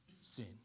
sin